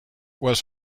was